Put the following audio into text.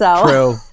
True